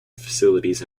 facilities